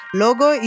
logo